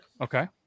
Okay